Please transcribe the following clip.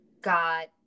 got